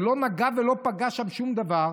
הוא לא נגע ולא פגש שם שום דבר,